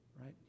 right